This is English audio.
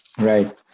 Right